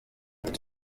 tatu